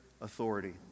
authority